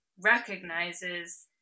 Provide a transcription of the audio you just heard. recognizes